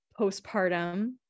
postpartum